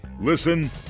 Listen